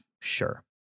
sure